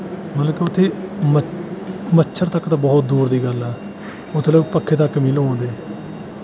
ਮਤਲਬ ਕਿ ਉੱਥੇ ਮ ਮੱਛਰ ਤੱਕ ਤਾਂ ਬਹੁਤ ਦੂਰ ਦੀ ਗੱਲ ਹੈ ਮਤਲਬ ਪੱਖੇ ਤੱਕ ਨਹੀਂ ਲਵਾਉਂਦੇ